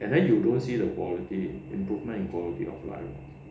and then you don't see the quality improvement in quality of life ah